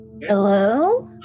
Hello